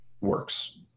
works